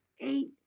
eight